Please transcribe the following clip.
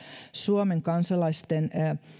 suomen kansalaisten